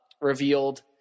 revealed